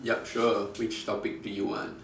yup sure which topic do you want